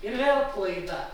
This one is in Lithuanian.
ir vėl klaida